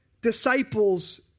disciples